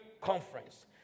Conference